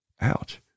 Ouch